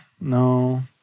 No